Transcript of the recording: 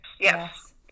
Yes